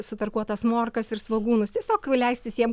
sutarkuotas morkas ir svogūnus tiesiog leistis jiem